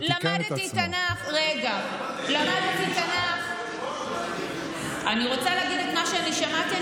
למדתי תנ"ך, אבל קודם כול, מה זה השטויות האלה?